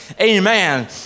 Amen